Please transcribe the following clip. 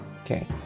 okay